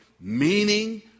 meaning